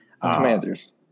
commanders